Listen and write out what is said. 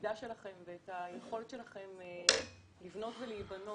העמידה שלכם ואת היכולת שלכם לבנות ולהיבנות.